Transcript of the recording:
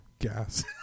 gas